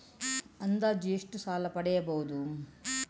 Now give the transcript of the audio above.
ಅಂದಾಜು ಎಷ್ಟು ಸಾಲ ಪಡೆಯಬಹುದು?